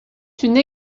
une